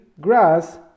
grass